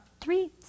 three